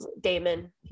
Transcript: damon